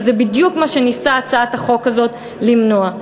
וזה בדיוק מה שניסתה הצעת החוק הזאת למנוע.